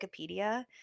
Wikipedia